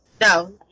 No